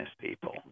people